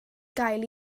gael